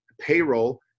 payroll –